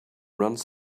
runs